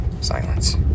silence